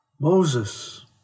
Moses